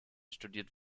studiert